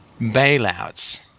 bailouts